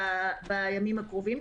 בימים הקרובים,